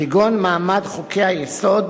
כגון מעמד חוקי-היסוד